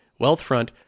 Wealthfront